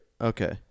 Okay